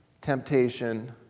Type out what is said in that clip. temptation